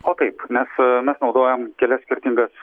o taip mes mes naudojam kelias skirtingas